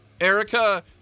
Erica